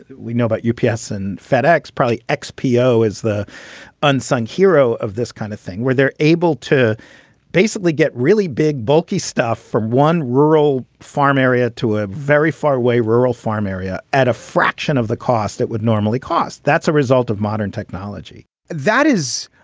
we know about u p s. and fedex, probably expo is the unsung hero of this kind of thing where they're able to basically get really big, bulky stuff from one rural farm area to a very far away rural farm area at a fraction of the cost that would normally cost. that's a result of modern technology that is,